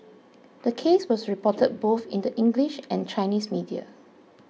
the case was reported both in the English and Chinese media